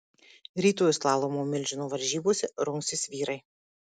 rytoj slalomo milžino varžybose rungsis vyrai